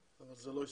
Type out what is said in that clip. אבל זה לא הסתייע.